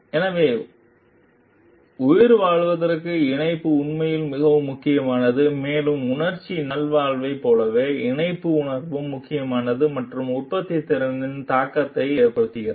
எனவே உயிர்வாழ்வதற்கு இணைப்பு உண்மையில் மிகவும் முக்கியமானது மேலும் உணர்ச்சி நல்வாழ்வைப் போலவே இணைப்பு உணர்வும் முக்கியமானது மற்றும் உற்பத்தித்திறனில் தாக்கத்தை ஏற்படுத்துகிறது